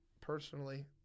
personally